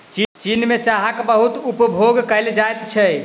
चीन में चाहक बहुत उपभोग कएल जाइत छै